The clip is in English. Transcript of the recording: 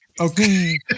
Okay